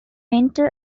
mental